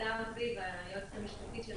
אני הדר זיו, היועצת המשפטית של פזגז.